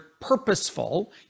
purposeful